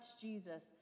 Jesus